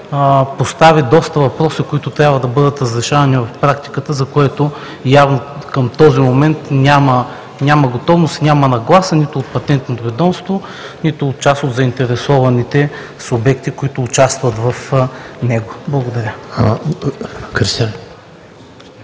постави доста въпроси, които трябва да бъдат разрешавани в практиката, за което, явно, към този момент няма готовност и няма нагласа нито от Патентното ведомство, нито от част от заинтересованите субекти, които участват в него. Благодаря.